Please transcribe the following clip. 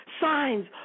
signs